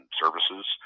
services